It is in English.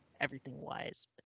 everything-wise